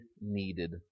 needed